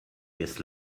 this